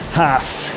halves